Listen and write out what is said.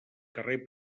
carrer